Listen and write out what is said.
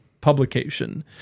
publication